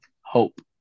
hope